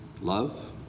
Love